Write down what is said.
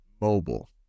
mobile